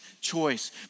choice